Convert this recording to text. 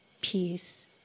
peace